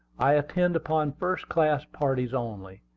i attend upon first-class parties only,